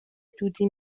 دودی